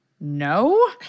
no